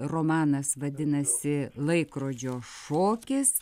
romanas vadinasi laikrodžio šokis